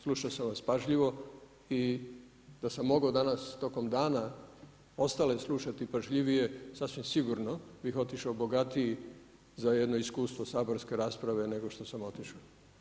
Slušao sam vas pažljivo i da sam mogao danas tokom dana ostale slušati pažljivije sasvim sigurno bih otišao bogatiji za jedno iskustvo saborske rasprave nego što sam otišao.